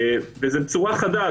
זה בצורה חדה.